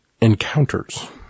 encounters